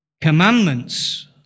Commandments